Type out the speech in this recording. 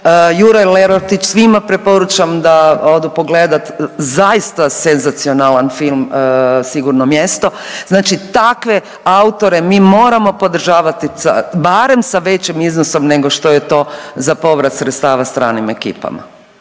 Juraj Lerotić, svima preporučam da odu pogledati zaista senzacionalan film Sigurno mjesto. Znači takve autore mi moramo podržavati barem sa većim iznosom nego što je to za povrat sredstava stranim ekipama,